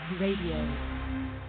Radio